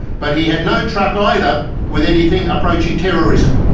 but he had no truck either with anything approaching terrorism.